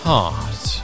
Heart